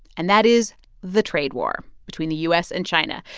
and that is the trade war between the u s. and china.